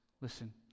Listen